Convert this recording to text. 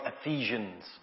Ephesians